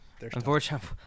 Unfortunately